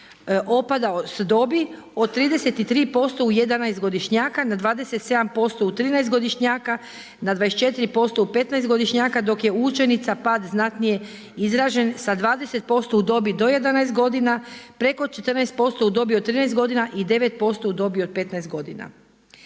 opadao s dobi od 33% u 11-godišnjaka na 27% u 13-godišnjaka, na 24% u 15-godišnjaka dok je učenica pad znatnije izražen sa 20% u dobi do 11 godina, preko 14% u dobi od 13 godina i 9% u dobi od 15 godina.